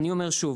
אני אומר שוב.